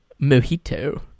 Mojito